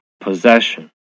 POSSESSION